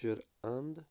چِراَنٛد